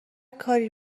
کاری